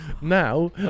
now